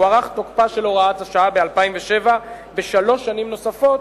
הוארך תוקפה של הוראת השעה ב-2007 בשלוש שנים נוספות,